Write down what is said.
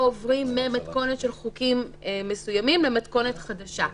עוברים ממתכונת של חוקים מסוימים למתכונת חדשה.